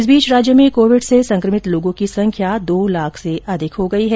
इस बीच राज्य में कोविड से संक्रमित लोगों की संख्या दो लाख से अधिक हो गई है